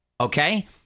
Okay